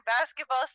basketball